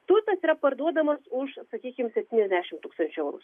turtas yra parduodamas už sakykim septyniasdešimt tūkstančių eurų